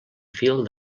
fil